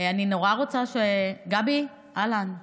אני נורא רוצה, גבי, אהלן.